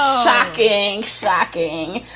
shocking. shocking.